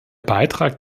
beitrag